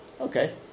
Okay